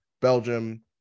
belgium